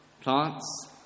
plants